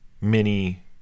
mini